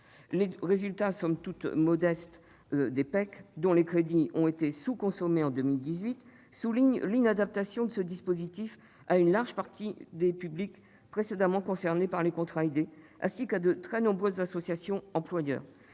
Les résultats, somme toute modestes, des PEC, dont les crédits ont été sous-consommés en 2018, soulignent l'inadaptation de ce dispositif à une large partie des publics précédemment concernés par les contrats aidés, ainsi qu'à de très nombreuses associations employeurs.